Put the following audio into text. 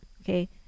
Okay